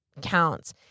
counts